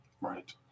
Right